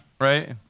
right